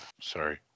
Sorry